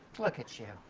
look at you.